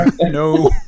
No